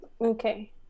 Okay